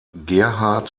gerhard